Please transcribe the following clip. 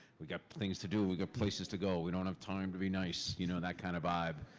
we got things to do, we got places to go. we don't have time to be nice, you know that kind of vibe.